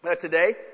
today